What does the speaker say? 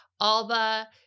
Alba